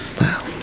Wow